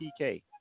PK